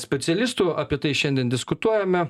specialistų apie tai šiandien diskutuojame